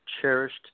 cherished